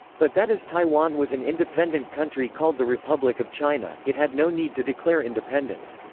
but that as taiwan was an independent country called the republic of china, it had no need to declare independence.